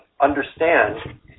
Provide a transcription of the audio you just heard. understand